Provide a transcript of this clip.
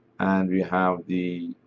and we have the